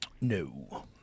No